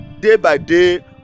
day-by-day